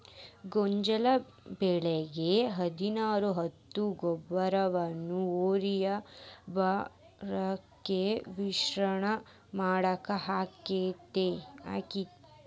ಗೋಂಜಾಳ ಬೆಳಿಗೆ ಹದಿನಾರು ಹತ್ತು ಗೊಬ್ಬರವನ್ನು ಯೂರಿಯಾ ಗೊಬ್ಬರಕ್ಕೆ ಮಿಶ್ರಣ ಮಾಡಾಕ ಆಕ್ಕೆತಿ?